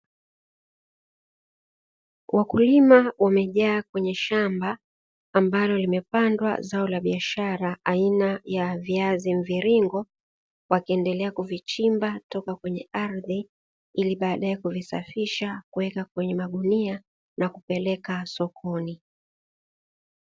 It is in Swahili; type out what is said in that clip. Wakulima wamejaa kwenye shamba ambalo limepandwa zao la biashara aina ya viazi mviringo, wakiendelea kuvichimba kutoka kwene ardhi, ili baadae kuvisafisha, kuweka kwene magunia na kupeleka sokoni.